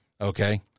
okay